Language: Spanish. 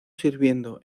sirviendo